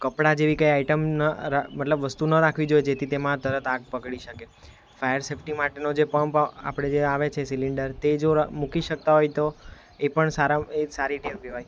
કપડા જેવી કંઈ આઈટમ ન આ મતલબ વસ્તુ ના રાખવી જોઈએ જેથી તેમાં તરત આગ પકડી શકે ફાયર સેફ્ટી માટેનો જે પમ્પ આપણે જે આવે છે સિલિન્ડર તે જો મૂકી શકતા હોઈ તો એ પણ સારા એ પણ સારી ટેવ કહેવાય